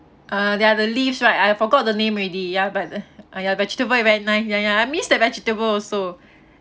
ah there are the leaves right I forgot the name already ya but uh ya vegetable is very nice ya ya I miss that vegetable also